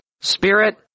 spirit